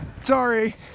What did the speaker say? sorry